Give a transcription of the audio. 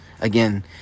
Again